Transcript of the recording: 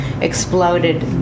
exploded